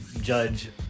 judge